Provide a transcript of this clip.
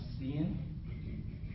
seeing